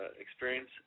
experience